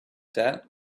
debt